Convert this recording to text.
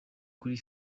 kuri